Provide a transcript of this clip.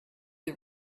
the